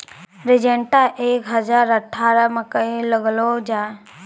Syngenta एक हजार अठारह मकई लगैलो जाय?